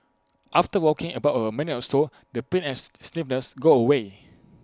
after walking about A minute or so the pain as stiffness go away